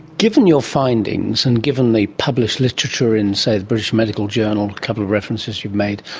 given your findings and given the published literature in, say, the british medical journal, a couple of references you've made,